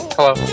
Hello